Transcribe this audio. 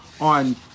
on